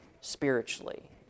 spiritually